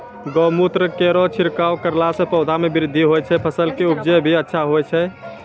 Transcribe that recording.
गौमूत्र केरो छिड़काव करला से पौधा मे बृद्धि होय छै फसल के उपजे भी अच्छा होय छै?